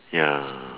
ya